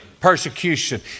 persecution